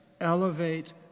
elevate